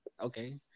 okay